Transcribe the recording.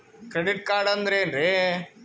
Credit card ಅಂದ್ರ ಏನ್ರೀ?